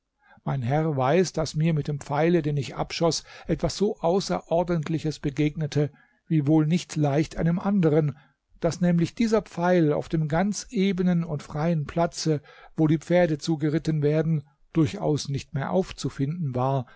mein herr weiß daß mir mit dem pfeile den ich abschoß etwas so außerordentliches begegnete wie wohl nicht leicht einem andern daß nämlich dieser pfeil auf dem ganz ebenen und freien platze wo die pferde zugeritten werden durchaus nicht mehr aufzufinden war